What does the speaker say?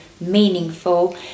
meaningful